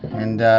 and